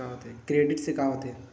Credit से का होथे?